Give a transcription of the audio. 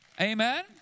Amen